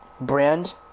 brand